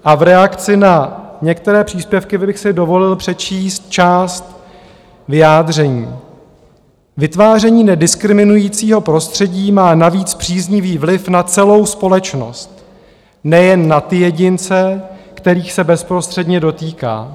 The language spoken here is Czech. V reakci na některé příspěvky bych si dovolil přečíst část vyjádření: Vytváření nediskriminujícího prostředí má navíc příznivý vliv na celou společnost, nejen na ty jedince, kterých se bezprostředně dotýká.